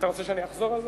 אתה רוצה שאני אחזור על זה?